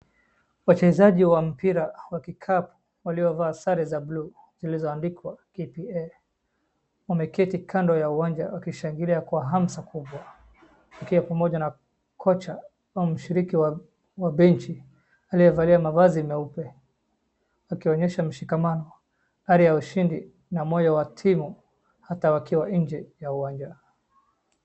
wachezaji wa mpira wakikaa waliovaa sare za bluu zilizoandikwa KPA wameketi kando ya uwanja wakishangilia kwa hamsa kubwa wakiwa pamoja na kocha au mshiriki wa bench aliyevalia mavazi meupe wakionyesha mshikamano, hari ya ushindi na moyo wa timu ata wakiwa nje ya uwanja.